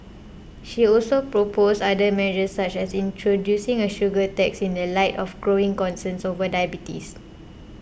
she also proposed other measures such as introducing a sugar tax in the light of growing concerns over diabetes